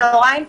צוהריים טובים.